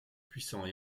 puissants